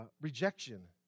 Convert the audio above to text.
rejection